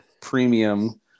premium